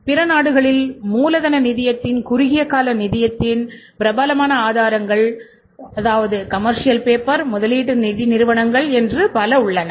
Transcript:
பிற நாடுகளில் மூலதன நிதியத்தின் குறுகிய கால நிதியத்தின் பிரபலமான ஆதாரங்கள் உங்கள் கமர்சியல் பேப்பர் முதலீட்டு நிதி நிறுவனங்கள் என்று பல உள்ளன